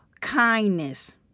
kindness